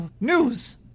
News